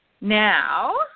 Now